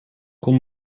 kon